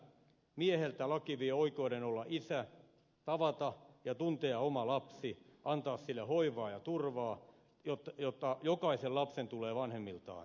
mieheltä laki vie oikeuden olla isä tavata ja tuntea oma lapsi antaa sille hoivaa ja turvaa jota jokaisen lapsen tulee vanhemmiltaan saada